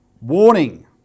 warning